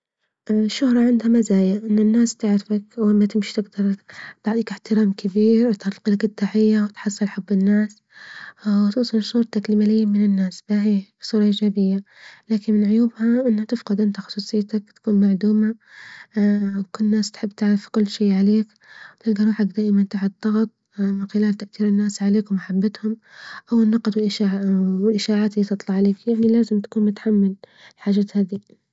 الشهرة عندها مزايا إن الناس تعرفك وأما تمشي تقدرك تعطيك إحترام كبير وتلفي لك التحية وتحصل حب الناس، وتوصل صورتك لملايين من الناس، باهي صورة إيجابية، لكن من عيوبها إنك تفقد إنت خصوصيتك تكون معدومة وكل الناس تحب تعرف كل شي عليك، وتلجى روحك دائما تحت ضغط من خلال تأثير الناس عليك ومحبتهم أو النقد والإشا والإشاعات اللي تطلع عليك يعني لازم تكون متحمل الحاجات هذي.